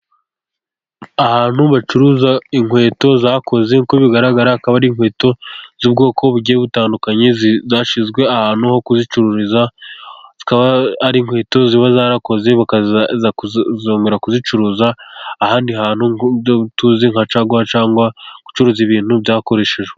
Ahantu bacuruza inkweto zakoze. Uko bigaragara akaba ari inkweto z'ubwoko bugiye butandukanye zashyizwe ahantu ho kuzicururiza aba ari inkweto ziba zarakoze, bakazongera kuzicuruza ahandi hantu tuzi nka caguwa cyangwa gucuruza ibintu byakoreshejwe.